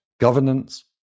Governance